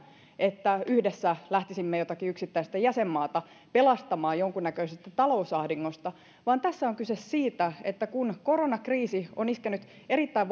että yhdessä lähtisimme jotakin yksittäistä jäsenmaata pelastamaan jonkunnäköisestä talousahdingosta vaan tässä on kyse siitä että kun koronakriisi on iskenyt erittäin